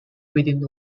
within